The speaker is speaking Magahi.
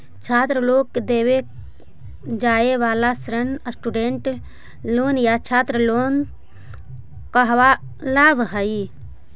छात्र लोग के देवे जाए वाला ऋण स्टूडेंट लोन या छात्र लोन कहलावऽ हई